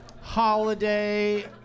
holiday